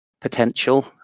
potential